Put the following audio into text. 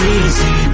easy